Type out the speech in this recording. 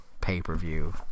pay-per-view